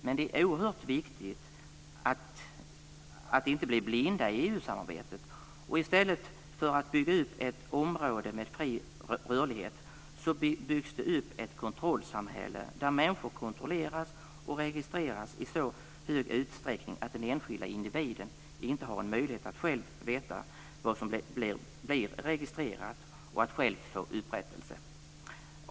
Men det är oerhört viktigt att inte bli blind i EU samarbetet. I stället för att bygga upp ett område med fri rörlighet byggs det upp ett kontrollsamhälle, där människor kontrolleras och registreras i så stor utsträckning att den enskilda individen inte har en möjlighet att själv veta vad som blir registrerat och att själv få upprättelse.